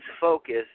focus